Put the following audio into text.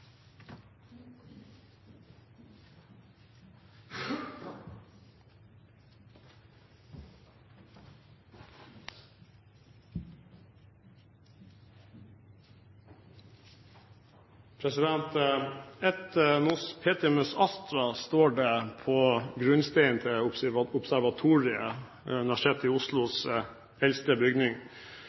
dag. Et nos petimus astra, står det på grunnsteinen til Observatoriet, Universitetet i Oslos eldste bygning.